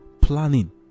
planning